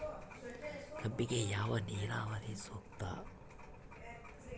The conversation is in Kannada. ಕಬ್ಬಿಗೆ ಯಾವ ನೇರಾವರಿ ಸೂಕ್ತ?